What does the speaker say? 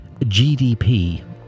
GDP